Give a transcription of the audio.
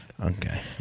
Okay